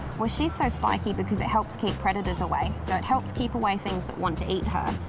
well she's so spikes because it helps keep predators away. so it helps keep away things that want to eat her.